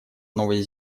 новой